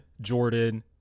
Jordan